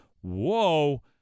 whoa